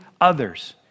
others